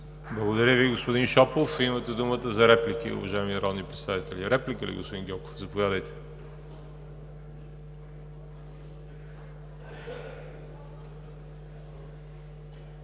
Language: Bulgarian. Благодаря Ви, господин Шопов. Имате думата за реплики, уважаеми народни представители. Господин Гьоков, заповядайте.